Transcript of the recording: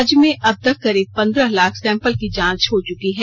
राज्य में अब तक करीब पंद्रह लाख सैंपल की जांच हो चुकी है